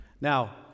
Now